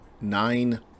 nine